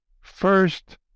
first